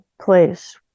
place